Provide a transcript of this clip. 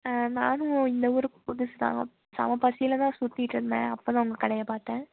நானும் இந்த ஊருக்கு புதுசு தான் செம பசியில தான் சுற்றிட்ருந்தேன் அப்போ தான் உங்கள் கடையை பார்த்தேன்